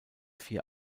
vier